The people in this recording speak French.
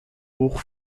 bourgs